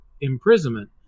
imprisonment